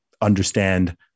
understand